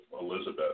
Elizabeth